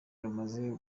rumaze